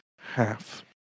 half